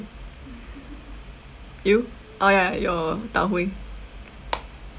you oh ya your tau huay